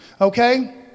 Okay